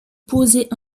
posait